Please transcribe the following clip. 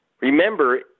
Remember